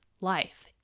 life